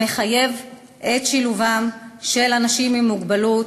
המחייבת את שילובם של אנשים עם מוגבלות,